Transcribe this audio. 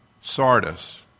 Sardis